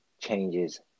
changes